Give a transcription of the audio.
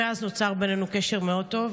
מאז נוצר בינינו קשר מאוד טוב,